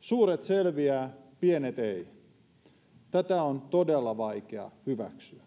suuret selviävät pienet eivät tätä on todella vaikea hyväksyä